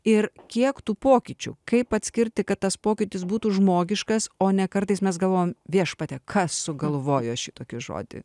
ir kiek tų pokyčių kaip atskirti kad tas pokytis būtų žmogiškas o ne kartais mes galvojam viešpatie kas sugalvojo šitokį žodį